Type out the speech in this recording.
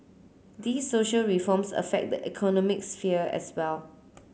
these social reforms affect the economic sphere as well